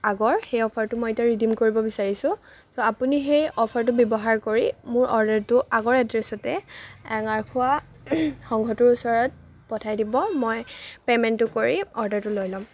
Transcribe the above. আগৰ সেই অফাৰটো মই এতিয়া ৰিডিম কৰিব বিচাৰিছোঁ ত' আপুনি সেই অফাৰটো ব্যৱহাৰ কৰি মোৰ অৰ্ডাৰটো আগৰ এড্ৰেছতে এঙাৰখোৱা সংঘটোৰ ওচৰত পঠাই দিব মই পে'মেন্টটো কৰি অৰ্ডাৰটো লৈ ল'ম